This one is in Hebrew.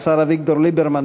השר אביגדור ליברמן,